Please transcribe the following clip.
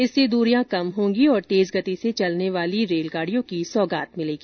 इससे दूरियां कम होगी और तेज गति से चलने वाली ट्रेनों की सौगात मिलेगी